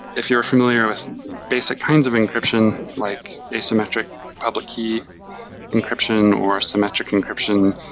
if you're familiar with basic kinds of encryption, like asymmetric public-key encryption, or symmetric encryption,